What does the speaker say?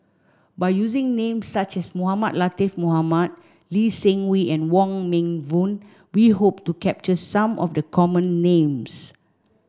by using names such as Mohamed Latiff Mohamed Lee Seng Wee and Wong Meng Voon we hope to capture some of the common names